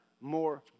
more